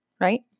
right